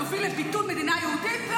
הוא יוביל לביטול מדינה יהודית,